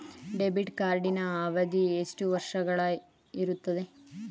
Debit ಕಾರ್ಡಿನ ಅವಧಿ ಎಷ್ಟು ವರ್ಷಗಳು ಇರುತ್ತದೆ?